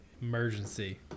Emergency